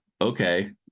Okay